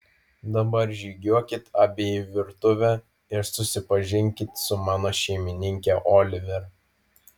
dabar žygiuokit abi į virtuvę ir susipažinkit su mano šeimininke oliver